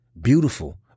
beautiful